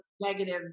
negative